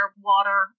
water